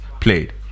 played